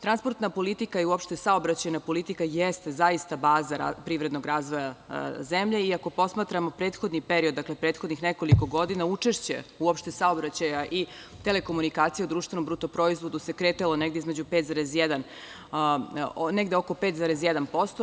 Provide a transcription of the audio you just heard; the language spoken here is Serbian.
Transportna politika i uopšte saobraćajna politika jeste zaista baza privrednog razvoja zemlje i ako posmatramo prethodni period, prethodnih nekoliko godina, učešće uopšte saobraćaja i telekomunikacija u društvenom bruto proizvodu se kretao negde oko 5,1%